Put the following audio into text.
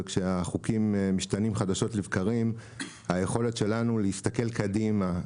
וכשהחוקים משתנים חדשות לבקרים היכולת שלנו להסתכל קדימה,